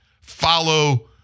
Follow